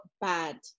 bad